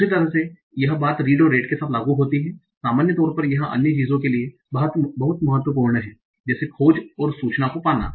उसी तरह से यह बात रीड तथा रेड के साथ लागू होती है सामान्य तौर पर यह अन्य चीजों के लिए बहुत महत्वपूर्ण है जैसे खोज और सूचना को पाना